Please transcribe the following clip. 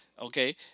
Okay